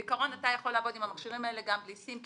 בעיקרון אתה יכול לעבוד עם המכשירים האלה גם בלי סים,